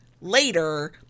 later